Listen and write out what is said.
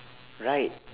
right